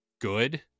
good